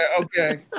Okay